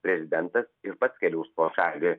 prezidentas ir pats keliaus po šalį